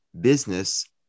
business